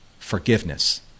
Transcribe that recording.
Forgiveness